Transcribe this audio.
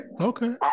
okay